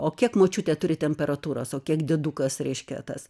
o kiek močiutė turi temperatūros o kiek diedukas reiškia tas